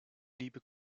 liebe